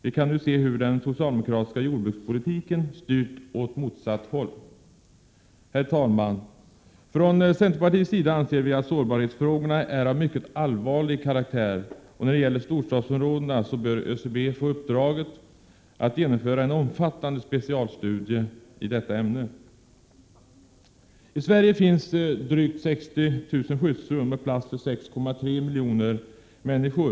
Vi kan nu se hur den socialdemokratiska jordbrukspolitiken styrt åt motsatt håll. Herr talman! Från centerpartiets sida anser vi att sårbarhetsfrågorna är av mycket allvarlig karaktär. När det gäller storstadsområdena bör ÖCB få uppdraget att genomföra en omfattande specialstudie i detta ämne. I Sverige finns drygt 60 000 skyddsrum med plats för 6,3 miljoner människor.